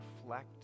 reflect